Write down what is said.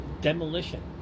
Demolition